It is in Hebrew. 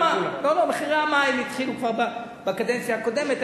מחירי המים התחילו לעלות כבר בקדנציה הקודמת,